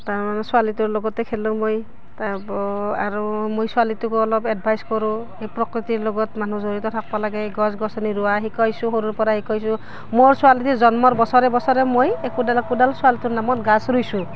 তাৰ ছোৱালীটোৰ লগতে খেলোঁ মই তাৰ পৰা আৰু মোৰ ছোৱালীটোকো অলপ এডভাইচ কৰোঁ এই প্ৰকৃতিৰ লগত মানুহ জড়িত থাকিব লাগে গছ গছনি ৰোৱা শিকাইছোঁ সৰুৰ পৰা শিকাইছোঁ মোৰ ছোৱালীৰ জন্মৰ বছৰে বছৰে মই একোডাল একোডাল ছোৱালীটোৰ নামত গছ ৰুইছোঁ